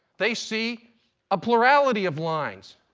they see a plurality of lines.